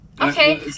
Okay